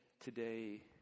today